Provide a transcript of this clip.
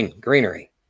Greenery